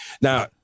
Now